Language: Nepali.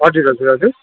हजुर हजुर हजुर